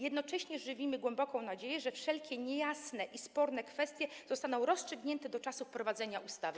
Jednocześnie żywimy głęboką nadzieję, że wszelkie niejasne i sporne kwestie zostaną rozstrzygnięte do czasu wprowadzenia ustawy.